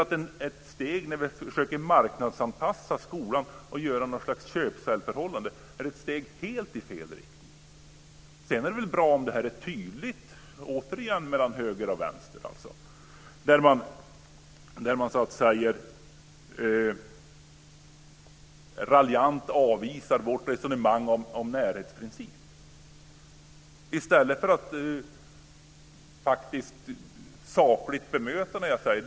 Att försöka marknadsanpassa skolan och skapa ett köp-sälj-förhållande är ett steg helt i fel riktning. Det är väl bra om det är tydligt mellan höger och vänster. Man avvisar raljant vårt resonemang om närhetsprincip i stället för att sakligt bemöta det jag säger.